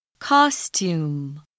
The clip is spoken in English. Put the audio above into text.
costume